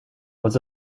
was